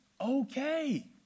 okay